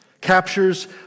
captures